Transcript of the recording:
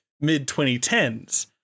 mid-2010s